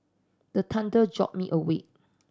the thunder jolt me awake